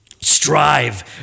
strive